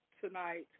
Tonight